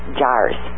jars